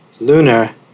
lunar